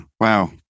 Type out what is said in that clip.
wow